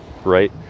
Right